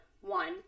one